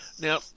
Now